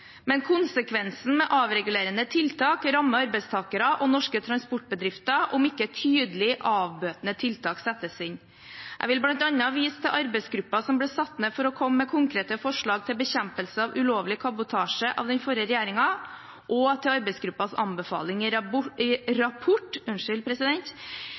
Men konsekvensen av avregulerende tiltak rammer arbeidstakerne og norske transportbedrifter om ikke tydelige avbøtende tiltak settes inn. Jeg vil bl.a. vise til arbeidsgruppen som ble satt ned for å komme med konkrete forslag til bekjempelse av ulovlig kabotasje av den forrige regjeringen, og til arbeidsgruppens anbefaling